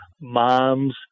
moms